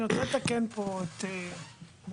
אני רוצה לתקן פה את מחמוד.